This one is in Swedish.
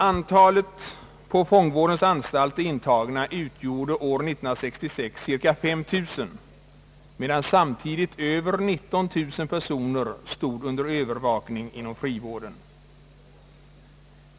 Antalet på fångvårdens anstalter intagna utgjorde år 1966 cirka 5 000 medan samtidigt över 19000 personer stod under övervakning inom frivården.